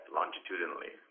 longitudinally